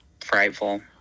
frightful